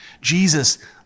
jesus